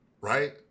Right